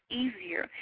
easier